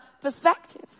perspective